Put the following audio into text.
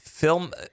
Film